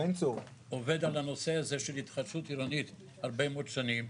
עובד על הנושא הזה של התחדשות עירונית הרבה מאוד שנים.